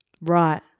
Right